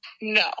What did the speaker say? No